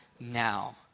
now